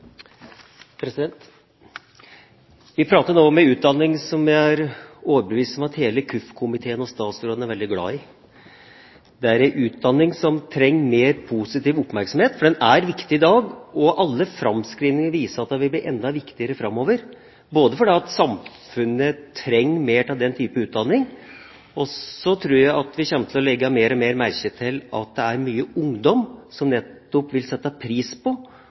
overbevist om at hele KUF-komiteen og statsråden er veldig glad i. Det er en utdanning som trenger mer positiv oppmerksomhet. Den er viktig i dag, og alle framskrivinger viser at den vil bli enda viktigere framover fordi samfunnet trenger mer av den type utdanning. Jeg tror også vi kommer til å legge mer og mer merke til at det er mye ungdom som vil sette pris på